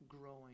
growing